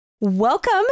Welcome